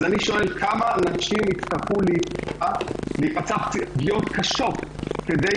אז אני שואל: כמה נשים יצטרכו להיפצע פציעות קשות כדי